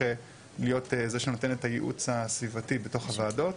להיות זה שנותן את הייעוץ הסביבתי בתוך הוועדות,